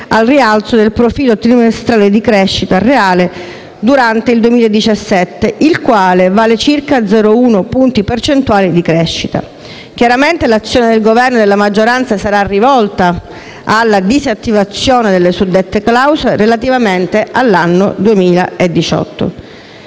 al rialzo del profilo trimestrale di crescita reale durante il 2017, il quale vale circa 0,1 punti percentuali di crescita. Chiaramente l'azione del Governo e della maggioranza sarà rivolta alla disattivazione delle suddette clausole relativamente all'anno 2018.